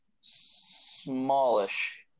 smallish